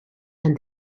and